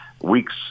weeks